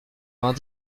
vingt